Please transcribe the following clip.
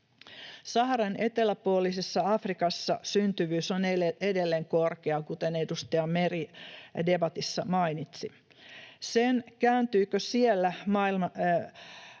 Saharan eteläpuolisessa Afrikassa syntyvyys on edelleen korkea, kuten edustaja Meri debatissa mainitsi. Se, kääntyykö siellä syntyvyys